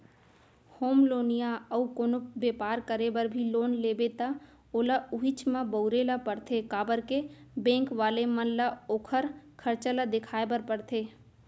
home loan या अउ कोनो बेपार करे बर भी लोन लेबे त ओला उहींच म बउरे ल परथे काबर के बेंक वाले मन ल ओखर खरचा ल देखाय बर परथे